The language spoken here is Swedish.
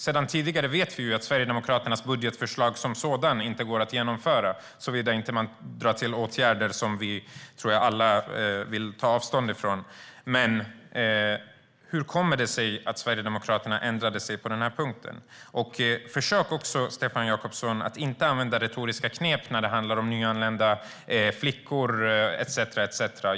Sedan tidigare vet vi ju att Sverigedemokraternas budgetförslag som sådant inte går att genomföra såvida man inte vidtar åtgärder jag tror att vi alla vill ta avstånd ifrån. Hur kommer det sig att Sverigedemokraterna ändrade sig på den här punkten? Försök också att inte använda retoriska knep när det handlar om nyanlända flickor etcetera, Stefan Jakobsson!